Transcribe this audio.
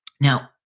Now